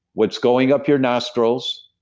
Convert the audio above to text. what's going up your nostrils,